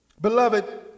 Beloved